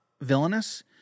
villainous